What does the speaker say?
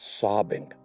sobbing